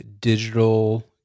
digital